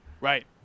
Right